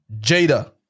Jada